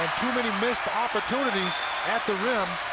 too many missed opportunities at the rim.